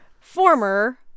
former